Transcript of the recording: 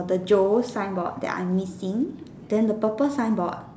the Joe signboard that are missing then the purple signboard